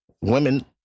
Women